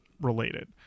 related